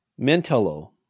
Mentello